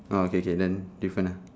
oh okay K then different uh